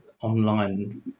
online